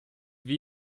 wie